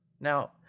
Now